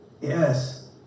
Yes